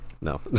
No